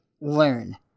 learn